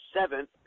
seventh